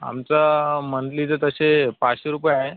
आमचं मंथलीचे तसे पाचशे रुपये आहे